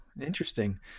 Interesting